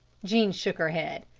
jean shook her head.